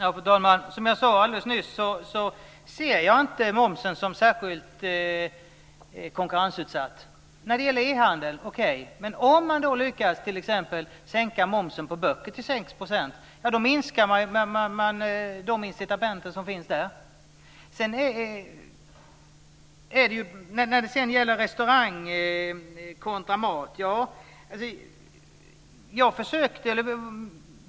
Fru talman! Som jag sade alldeles nyss ser jag inte momsen som särskilt konkurrensutsatt. Okej, det är den när det gäller e-handeln. Men om man t.ex. lyckas sänka momsen på böcker till 6 % minskar man de incitament som finns. Sedan gällde det restaurang kontra mat.